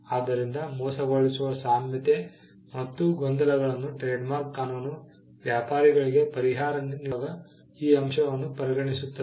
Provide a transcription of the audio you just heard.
ಆದ್ದರಿಂದ ಮೋಸಗೊಳಿಸುವ ಸಾಮ್ಯತೆ ಮತ್ತು ಗೊಂದಲಗಳನ್ನು ಟ್ರೇಡ್ಮಾರ್ಕ್ ಕಾನೂನು ವ್ಯಾಪಾರಿಗಳಿಗೆ ಪರಿಹಾರ ನೀಡುವಾಗ ಈ ಅಂಶವನ್ನು ಪರಿಗಣಿಸುತ್ತದೆ